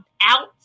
out